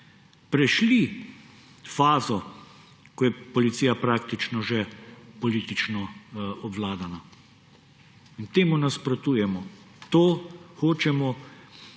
prešli fazo, ko je policija praktično že politično obvladana. In temu nasprotujemo, to hočemo